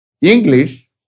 English